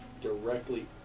directly